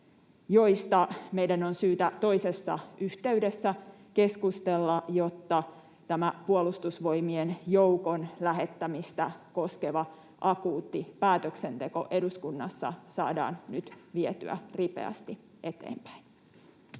joista meidän on syytä toisessa yhteydessä keskustella, jotta tämä Puolustusvoimien joukon lähettämistä koskeva akuutti päätöksenteko eduskunnassa saadaan nyt vietyä ripeästi eteenpäin.